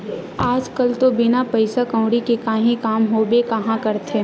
आज कल तो बिना पइसा कउड़ी के काहीं काम होबे काँहा करथे